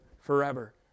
forever